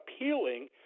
appealing